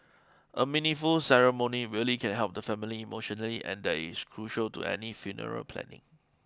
a meaningful ceremony really can help the family emotionally and that is crucial to any funeral planning